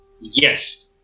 Yes